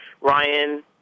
Ryan